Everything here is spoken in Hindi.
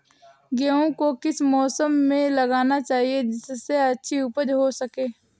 गेहूँ को किस मौसम में लगाना चाहिए जिससे अच्छी उपज हो सके?